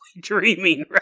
dreaming